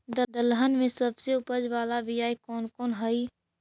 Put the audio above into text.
दलहन में सबसे उपज बाला बियाह कौन कौन हइ?